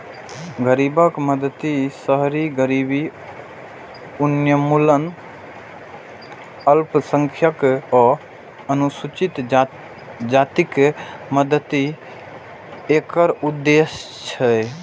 गरीबक मदति, शहरी गरीबी उन्मूलन, अल्पसंख्यक आ अनुसूचित जातिक मदति एकर उद्देश्य छै